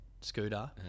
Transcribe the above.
scooter